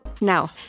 now